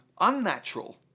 unnatural